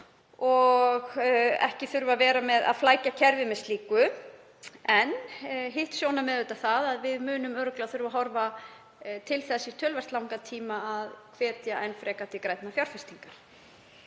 og ekki þurfa að flækja kerfið með slíku, en hitt sjónarmiðið er að við munum örugglega þurfa að horfa til þess í töluvert langan tíma að hvetja enn frekar til grænna fjárfestinga.